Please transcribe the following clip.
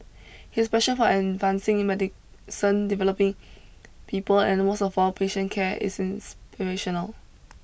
his passion for advancing medicine developing people and most of all patient care is inspirational